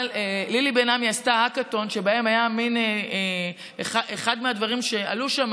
לילי בן עמי עשתה האקתון, ואחד הדברים שעלו שם